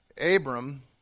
Abram